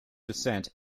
descent